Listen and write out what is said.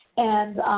and,